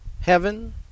heaven